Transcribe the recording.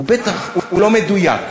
ובטח הוא לא מדויק.